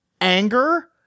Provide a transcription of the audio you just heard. anger